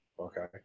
Okay